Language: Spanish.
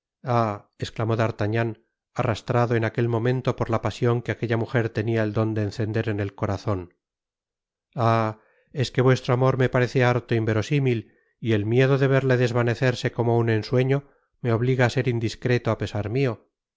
esclamó d'artagnan arrastrado en aquel momento por la pasion que aquella mujer tenia el don de encender en el corazon ah es que vuestro amor me parece harto inverosimil y el miedo de verle desvanecerse como un ensueño me obliga á ser indiscreto á pesar mio